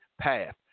path